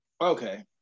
Okay